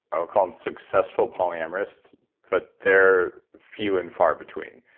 i'll call them successful polyamorous but they're few and far between.